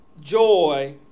joy